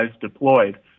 deployed